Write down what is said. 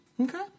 Okay